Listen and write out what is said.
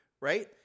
right